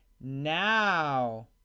now